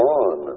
on